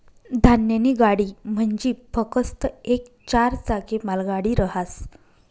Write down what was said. धान्यनी गाडी म्हंजी फकस्त येक चार चाकी मालगाडी रहास